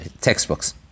textbooks